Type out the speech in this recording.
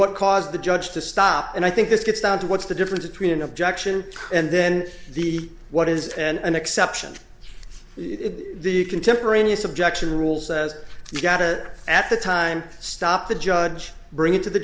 what caused the judge to stop and i think this gets down to what's the difference between an objection and then the what is an exception the contemporaneous objection rules you gotta at the time stop the judge bring it to the